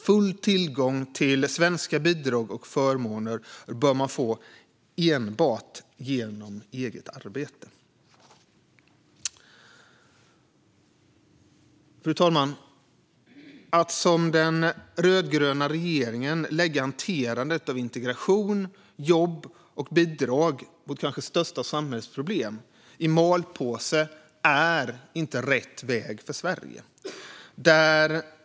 Full tillgång till svenska bidrag och förmåner bör man få enbart genom eget arbete. Fru talman! Att som den rödgröna regeringen lägga hanterandet av integration, jobb och bidrag - vårt kanske största samhällsproblem - i malpåse är inte rätt väg för Sverige.